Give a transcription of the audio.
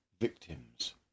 victims